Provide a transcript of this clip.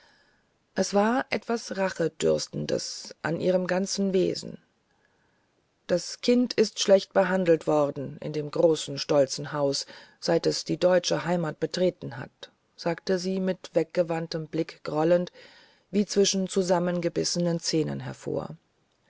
es lag etwas rachedürstendes in ihrem ganzen wesen das kind ist schlecht genug behandelt worden in dem großen stolzen hause seit es die deutsche heimat betreten hat sagte sie mit noch weggewandtem blick grollend wie zwischen zusammengebissenen zähnen hervor